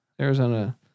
Arizona